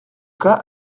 cas